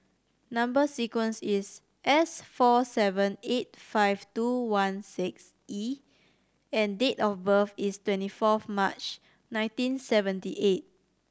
number sequence is S four seven eight five two one six E and date of birth is twenty four of March nineteen seventy eight